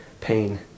pain